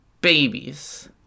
Babies